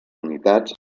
unitats